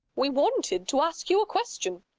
we wanted to ask you a question.